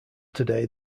today